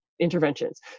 interventions